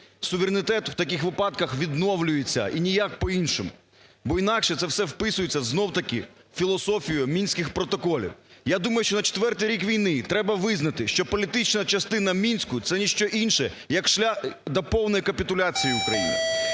Суверенітет в таких випадках відновлюється, і ніяк по-іншому. Бо інакше це все вписується, знову таки, у філософію Мінських протоколів. Я думаю, що на четвертий рік війни треба визнати, що політична частина Мінську – це ні що інше, як шлях до повної капітуляції України.